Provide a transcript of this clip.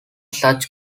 such